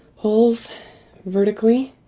holes vertically